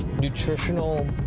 nutritional